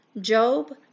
Job